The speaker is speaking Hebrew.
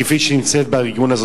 כפי שנמצא בארגון הזה.